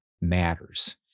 matters